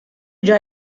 già